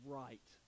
right